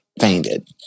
fainted